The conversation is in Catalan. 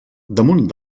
damunt